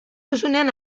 duzunean